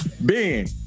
Ben